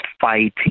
fighting